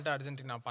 Argentina